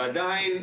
ועדיין,